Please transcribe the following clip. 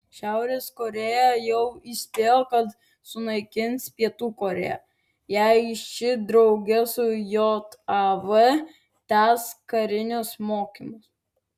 šiaurės korėja jau įspėjo kad sunaikins pietų korėją jei ši drauge su jav tęs karinius mokymus